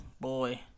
Boy